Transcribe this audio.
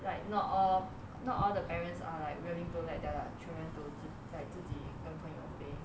like not all not all the parents are like willing to let their children to to like 自自己跟朋友 stay